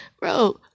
Bro